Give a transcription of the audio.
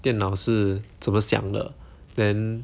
电脑是怎么想的 then